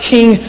King